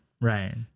Right